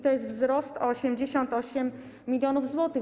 To jest wzrost o 88 mln zł.